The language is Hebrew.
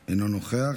אינו נוכח.